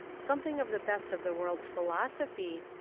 some thing of the best of the world's philosophy,